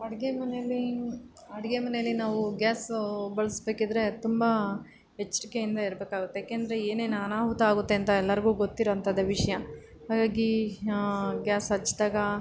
ಅಡುಗೆ ಮನೇಲ್ಲಿ ಅಡುಗೆ ಮನೆಯಲ್ಲಿ ನಾವು ಗ್ಯಾಸು ಬಳಸ್ಬೇಕಿದ್ರೆ ತುಂಬ ಎಚ್ಚರಿಕೆಯಿಂದ ಇರಬೇಕಾಗುತ್ತೆ ಏಕೆಂದರೆ ಏನೇನು ಅನಾಹುತ ಆಗುತ್ತೆ ಅಂತ ಎಲ್ಲರಿಗೂ ಗೊತ್ತಿರೋಂಥದ್ದೆ ವಿಷಯ ಹಾಗಾಗಿ ಗ್ಯಾಸ್ ಹಚ್ಚಿದಾಗ